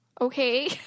Okay